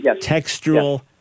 Textual